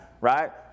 right